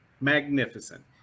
magnificent